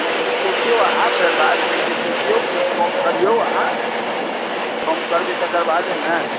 लेकिन सोचियो अहाँ फेर बादमे किछु सोचियो किछु कम करियो अहाँ कम करबै तकरबादे ने